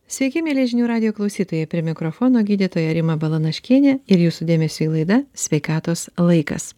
sveiki mieli žinių radijo klausytojai prie mikrofono gydytoja rima balanaškienė ir jūsų dėmesiui laida sveikatos laikas